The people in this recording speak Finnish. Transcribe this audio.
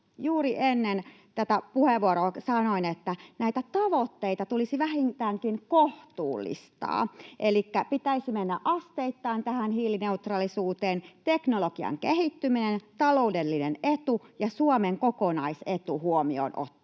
juuri ennen tätä puheenvuoroa sanoin, että näitä tavoitteita tulisi vähintäänkin kohtuullistaa, elikkä pitäisi mennä asteittain tähän hiilineutraalisuuteen teknologian kehittyminen, taloudellinen etu ja Suomen kokonaisetu huomioon ottaen.